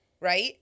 right